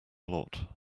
lot